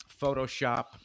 Photoshop